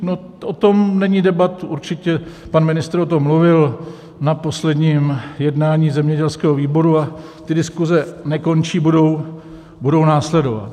No, o tom není debat, určitě pan ministr o tom mluvil na posledním jednání zemědělského výboru, a ty diskuze nekončí, budou následovat.